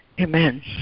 Amen